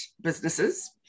businesses